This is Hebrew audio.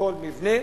ובכל מבנה